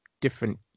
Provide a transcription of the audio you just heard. different